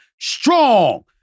strong